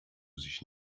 sich